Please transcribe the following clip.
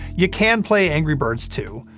you can play angry birds two.